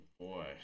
boy